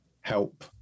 help